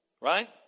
Right